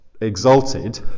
exalted